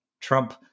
Trump